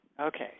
Okay